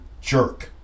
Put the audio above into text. jerk